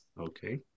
Okay